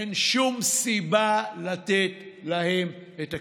אין שום סיבה לתת להם את הכסף,